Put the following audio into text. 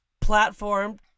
platform